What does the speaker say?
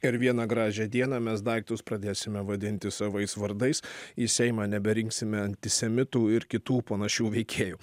ir vieną gražią dieną mes daiktus pradėsime vadinti savais vardais į seimą neberinksime antisemitų ir kitų panašių veikėjų